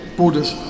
borders